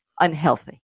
unhealthy